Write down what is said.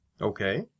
Okay